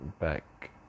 back